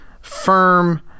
firm